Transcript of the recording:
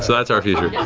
so that's our future. yeah